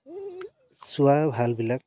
চোৱা ভালবিলাক